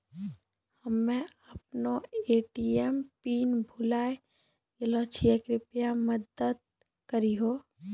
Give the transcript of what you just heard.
हम्मे अपनो ATM pin भुलाय गेलो छियै, कृपया मदत करहो